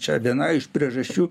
čia viena iš priežasčių